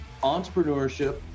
entrepreneurship